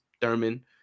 Thurman